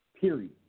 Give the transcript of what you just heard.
period